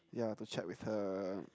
yeah to chat with her